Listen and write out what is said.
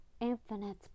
infinite